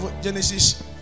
Genesis